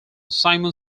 simon